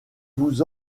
vous